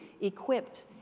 equipped